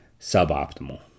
suboptimal